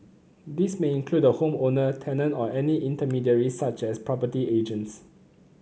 this may include the home owner tenant or any intermediaries such as property agents